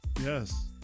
Yes